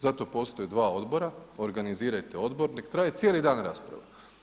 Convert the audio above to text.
Zato postoje dva odbora, organizirajte odbor, nek traje cijeli dan rasprava.